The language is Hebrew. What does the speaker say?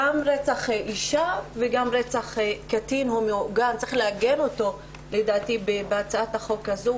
גם רצח אישה וגם רצח קטין צריך לעגן אותם לדעתי בהצעת החוק הזאת,